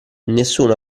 nessuno